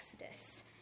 Exodus